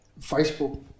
Facebook